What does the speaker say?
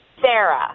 Sarah